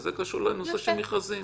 זה קשור לנושא של מכרזים.